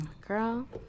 Girl